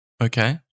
Okay